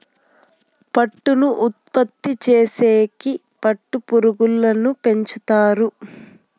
పట్టును ఉత్పత్తి చేసేకి పట్టు పురుగులను పెంచుతారు